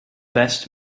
best